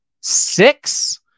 six